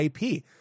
IP